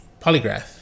polygraph